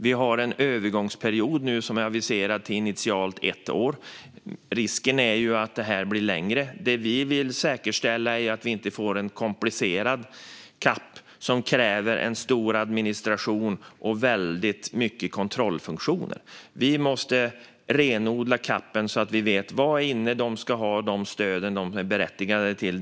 Vi har en övergångsperiod som är aviserad till initialt ett år, och risken är att den blir längre. Det vi vill säkerställa är att vi inte får en komplicerad CAP som kräver stor administration och väldigt mycket kontrollfunktioner. Vi måste renodla CAP:en så att vi vet vad som är inne och vilka som ska ha de stöd de är berättigade till.